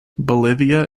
bolivia